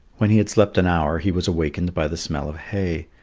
when he had slept an hour, he was awakened by the smell of hay,